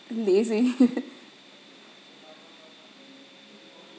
lazy